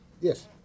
Yes